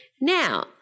now